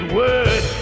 word